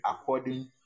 according